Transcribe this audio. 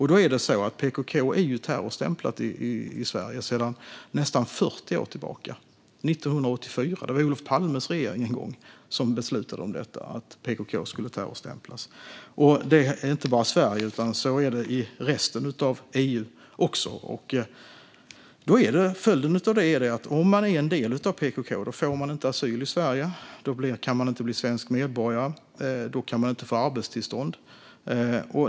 PKK är terrorstämplat i Sverige sedan nästan 40 år tillbaka, 1984. Det var Olof Palmes regering som beslutade att PKK skulle terrorstämplas. Det är inte bara så i Sverige, utan så är det i resten av EU också. Följden av det är att om man är en del av PKK så får man inte asyl i Sverige. Man kan inte bli svensk medborgare, och man kan inte få arbetstillstånd.